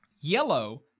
Yellow